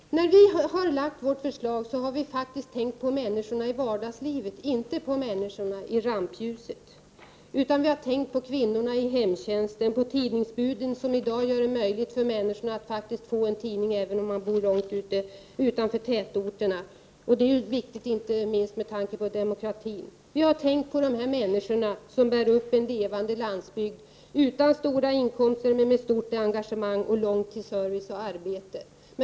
Vi har i vårt förslag faktiskt tänkt på människorna ute i vardagslivet, inte på dem i rampljuset. Vi har tänkt på kvinnorna i hemtjänsten, på tidningsbuden som i dag gör det möjligt för människor att få en tidning, även om de bor långt utanför tätorterna. Detta är ju viktigt inte minst med tanke på demokratin. Vi har tänkt på de människor som bär upp en levande landsbygd, människor utan stora inkomster men med stort engagemang och långt till service och arbete.